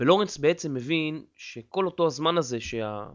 ולורנס בעצם מבין, שכל אותו הזמן הזה שה...